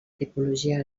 tipologia